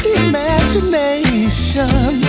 imagination